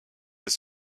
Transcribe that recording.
fait